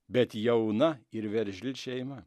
bet jauna ir veržli šeima